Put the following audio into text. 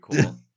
cool